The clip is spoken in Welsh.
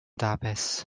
dafis